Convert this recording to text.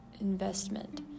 investment